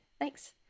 Thanks